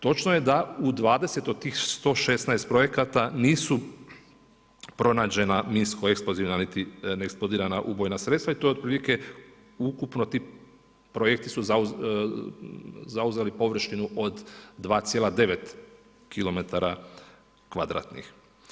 Točno je da u 20 od tih 116 projekata nisu pronađena minsko eksplozivna niti neeksplodirana ubojna sredstva i to otprilike ukupno ti projekti su zauzeli površinu od 2,9 km kvadratnih.